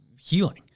healing